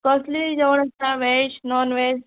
कसलें जेवण आसता वेज नॉनवेज